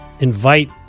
invite